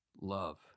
love